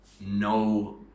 no